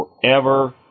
forever